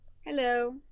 Hello